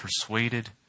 persuaded